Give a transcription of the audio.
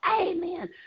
amen